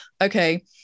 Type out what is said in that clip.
okay